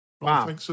Wow